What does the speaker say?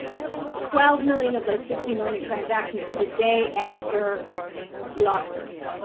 twelve million of those sixty million transactions with a day after the oscars.